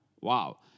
Wow